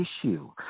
issue